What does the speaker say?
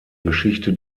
geschichte